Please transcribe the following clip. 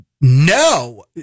no